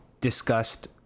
discussed